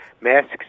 masks